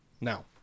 Now